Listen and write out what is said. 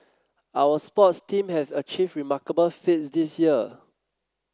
our sports teams have achieved remarkable feats this year